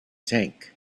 tank